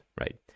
right